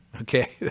okay